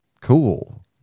cool